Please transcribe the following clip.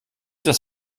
dass